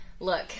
Look